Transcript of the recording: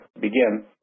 begin